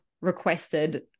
requested